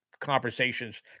conversations